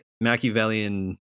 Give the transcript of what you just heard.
machiavellian